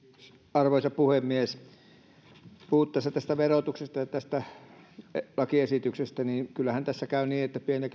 arvoisa puhemies puhuttaessa tästä verotuksesta ja tästä lakiesityksestä kyllähän tässä käy niin että pieni ja